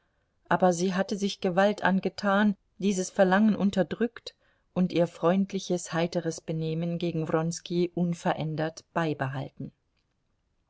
aber sie hatte sich gewalt angetan dieses verlangen unterdrückt und ihr freundliches heiteres benehmen gegen wronski unverändert beibehalten